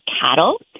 cattle